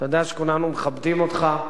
אתה יודע שכולנו מכבדים אותך,